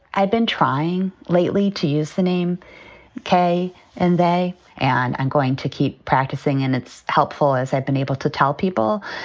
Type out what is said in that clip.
i've been trying lately to use the name k and they and i'm going to keep practicing. and it's helpful, as i've been able to tell people.